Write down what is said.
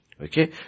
Okay